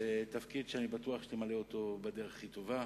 זה תפקיד שאני בטוח שתמלא אותו בדרך הכי טובה.